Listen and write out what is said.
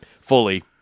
fully